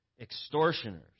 extortioners